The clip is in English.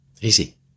Easy